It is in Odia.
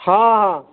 ହଁ ହଁ